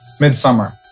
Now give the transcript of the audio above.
Midsummer